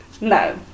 no